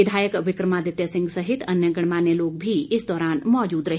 विधायक विक्रमादित्य सिंह सहित अन्य गणमान्य लोग भी इस दौरान मौजूद रहे